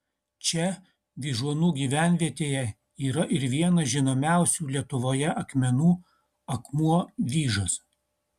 čia vyžuonų gyvenvietėje yra ir vienas žinomiausių lietuvoje akmenų akmuo vyžas